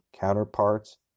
counterparts